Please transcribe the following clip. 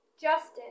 Justin